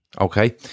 okay